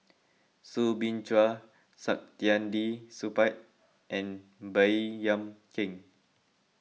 Soo Bin Chua Saktiandi Supaat and Baey Yam Keng